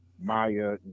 Maya